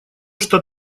что